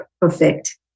perfect